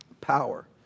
Power